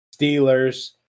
Steelers